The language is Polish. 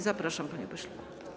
Zapraszam, panie pośle.